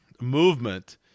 Movement